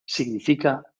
significa